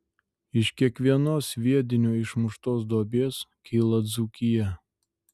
iš kiekvienos sviedinio išmuštos duobės kyla dzūkija